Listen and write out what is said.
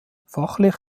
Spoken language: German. fachlich